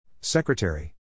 Secretary